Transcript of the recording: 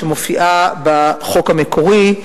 שמופיעה בחוק המקורי,